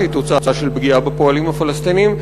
שהיא תוצאה של פגיעה בפועלים הפלסטינים,